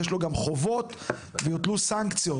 יש לו גם חובות ויוטלו סנקציות,